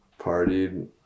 partied